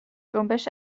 جنبش